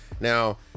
now